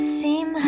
seem